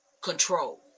control